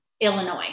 Illinois